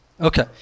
Okay